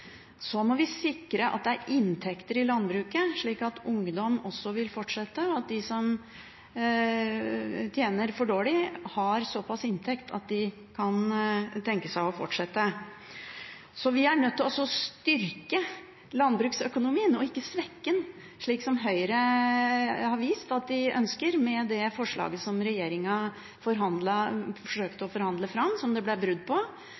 Så må vi sikre at det er inntekter i landbruket, slik at ungdom også vil fortsette, og at de som tjener for dårlig, har såpass stor inntekt at de kan tenke seg å fortsette. Så vi er nødt til å styrke landbruksøkonomien – og ikke svekke den, slik som Høyre har vist at de ønsker, med det forslaget som regjeringen forsøkte å forhandle fram, som det ble brudd på,